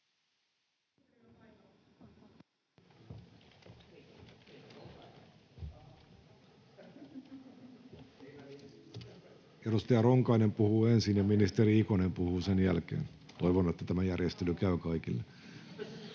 Edustaja Ronkainen puhuu ensin, ja ministeri Ikonen puhuu sen jälkeen. Toivon, että tämä järjestely käy kaikille.